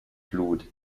flut